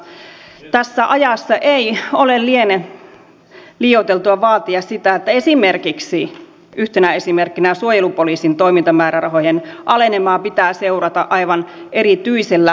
tässä ajassa ei liene liioiteltua vaatia sitä että esimerkiksi yhtenä esimerkkinä suojelupoliisin toimintamäärärahojen alenemaa pitää seurata aivan erityisellä huolella